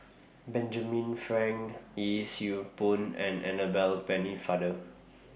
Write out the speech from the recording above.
Benjamin Frank Yee Siew Pun and Annabel Pennefather